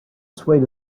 swayed